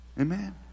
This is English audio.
Amen